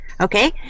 okay